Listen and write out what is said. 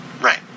Right